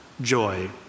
joy